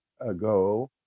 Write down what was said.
Ago